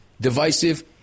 divisive